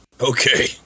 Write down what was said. okay